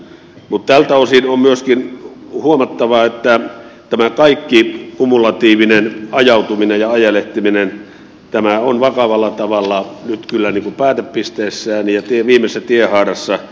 mutta tältä osin on myöskin huomattava että kaikki tämä kumulatiivinen ajautuminen ja ajelehtiminen on vakavalla tavalla nyt kyllä päätepisteessään ja viimeisessä tiehaarassa